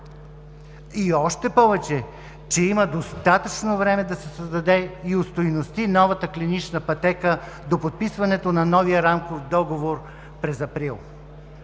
още повече че има достатъчно време да се създаде и остойности новата клинична пътека до подписването на новия Рамков договор през април.